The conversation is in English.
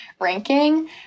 ranking